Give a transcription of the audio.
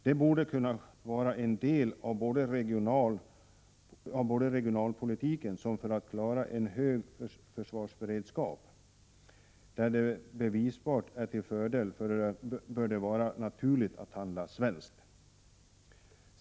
Det borde kunna vara en del av regionalpolitiken och även vara till för att klara en hög försvarsberedskap. Där det bevisbart är till fördel bör det vara naturligt att handla svenskt.